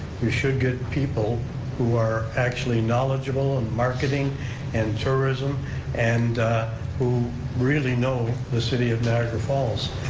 you should get people who are actually knowledgeable in marketing and tourism and who really know the city of niagara falls.